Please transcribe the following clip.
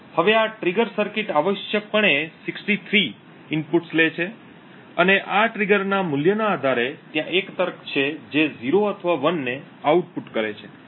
હવે આ trigger circuit આવશ્યકપણે 63 ઇનપુટ્સ લે છે અને આ ટ્રિગરના મૂલ્યના આધારે ત્યાં એક તર્ક છે જે 0 અથવા 1 ને આઉટપુટ કરે છે